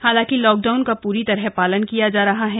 हालांकि लॉकडाउन का पूरी तरह पालन किया जा रहा है